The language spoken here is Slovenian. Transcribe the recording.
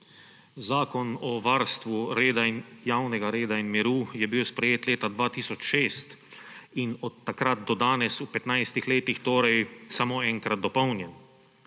Zakon o varstvu javnega reda in miru je bil sprejet leta 2006 in od takrat do danes, v 15 letih torej, samo enkrat dopolnjen.